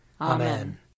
Amen